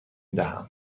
دهم